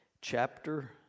Chapter